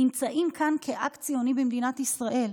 נמצאים כאן כאקט ציוני במדינת ישראל.